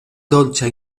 dolĉa